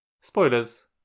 Spoilers